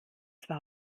zwar